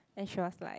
and show us like